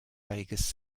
vegas